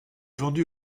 vendu